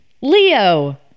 Leo